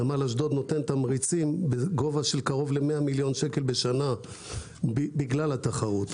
נמל אשדוד נותן תמריצים בגובה של כ-100 מיליון שקל בשנה בגלל התחרות.